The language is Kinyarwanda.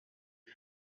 com